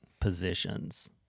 positions